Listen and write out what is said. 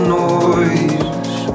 noise